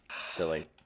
Silly